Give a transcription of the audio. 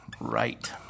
right